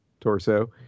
torso